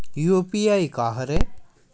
UPI का हरय?